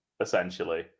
essentially